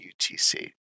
UTC